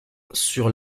sur